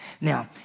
Now